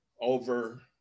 over